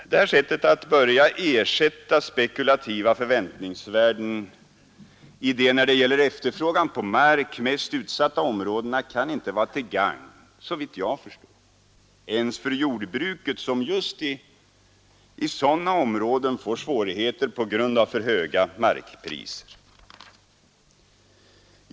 Detta sätt att börja ersätta spekulativa förväntningsvärden i de, när det gäller efterfrågan på mark, mest utsatta områdena kan inte itt jag förstår vara till gagn ens för jordbruket, som just i sådana områden får svårigheter på grund av för höga markpriser.